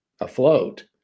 afloat